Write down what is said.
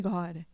God